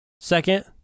Second